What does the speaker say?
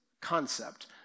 concept